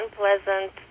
unpleasant